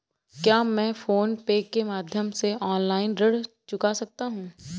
क्या मैं PhonePe के माध्यम से ऑनलाइन ऋण चुका सकता हूँ?